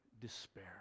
despair